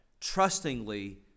trustingly